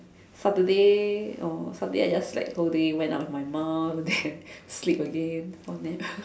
Saturday oh Saturday I just slack the whole day went out with my mum then sleep again